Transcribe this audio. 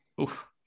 Oof